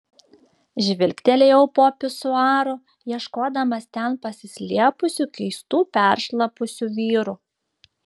žvilgtelėjau po pisuaru ieškodamas ten pasislėpusių keistų peršlapusių vyrų